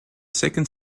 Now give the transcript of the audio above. second